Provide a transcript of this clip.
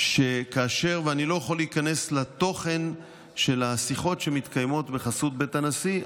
ואני לא יכול להיכנס לתוכן של השיחות שמתקיימות בחסות בית הנשיא,